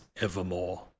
evermore